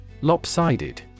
Lopsided